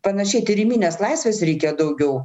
panašiai tyriminės laisvės reikia daugiau